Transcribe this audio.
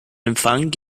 empfang